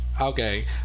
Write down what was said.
Okay